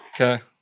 Okay